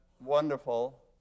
wonderful